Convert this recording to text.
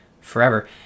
forever